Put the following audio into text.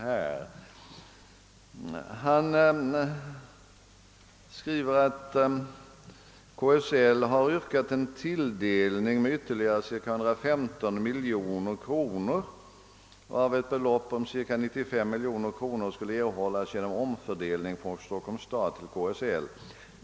Han skriver i svaret bl.a. följande: »KSL har yrkat en tilldelning med ytterligare ca 115 miljoner kronor, varav ett belopp om ca 95 miljoner kronor skulle erhållas genom en omfördelning från Stockholms stad till KSL.